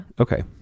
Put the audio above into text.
Okay